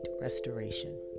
restoration